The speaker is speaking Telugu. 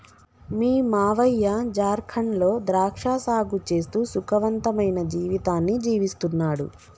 మీ మావయ్య జార్ఖండ్ లో ద్రాక్ష సాగు చేస్తూ సుఖవంతమైన జీవితాన్ని జీవిస్తున్నాడు